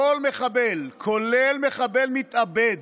כל מחבל, כולל מחבל מתאבד,